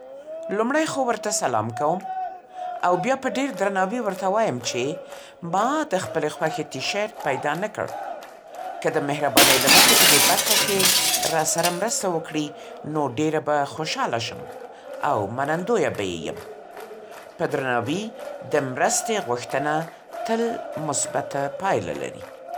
لومړی خو ورته سلام کوم او بیا په ډېر درناوي ورته وایم چې ما د خپلې خوښې ټي شرټ پیدا نه کړ. که د مهربانۍ له مخې په دې برخه کې راسره مرسته وکړي، نو ډېره به خوشحاله شم او منندویه به یې یم. په درناوي د مرستې غوښتنه تل مثبته پایله لري.